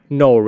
no